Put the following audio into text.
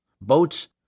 Boats